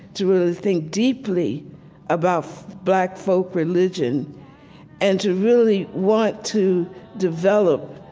to really think deeply about black folk religion and to really want to develop,